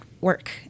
work